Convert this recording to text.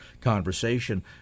conversation